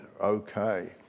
Okay